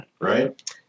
Right